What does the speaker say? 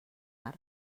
mar